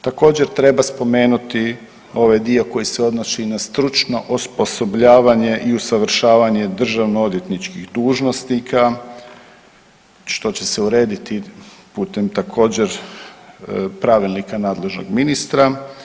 Također treba spomenuti ovaj dio koji se odnosi na stručno osposobljavanje i usavršavanje državno odvjetničkih dužnosnika što će se urediti putem također pravilnika nadležnog ministra.